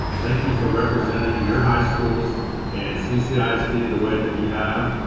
thank you for representing your high schools and ccisd the the way that you have.